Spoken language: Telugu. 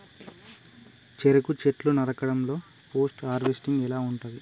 చెరుకు చెట్లు నరకడం లో పోస్ట్ హార్వెస్టింగ్ ఎలా ఉంటది?